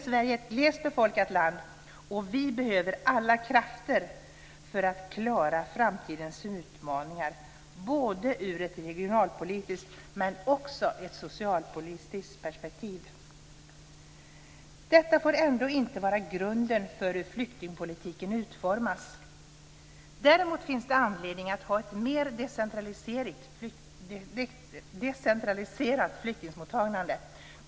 Sverige är ett glest befolkat land, och vi behöver alla krafter för att klara framtidens utmaningar, både ur ett regionalpolitiskt och ur ett socialpolitiskt perspektiv. Detta får ändå inte vara grunden för hur flyktingpolitiken utformas, däremot finns det anledning att ha ett mer decentraliserat flyktingmottagande.